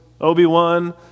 Obi-Wan